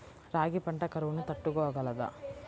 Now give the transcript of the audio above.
రాగి పంట కరువును తట్టుకోగలదా?